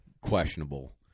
questionable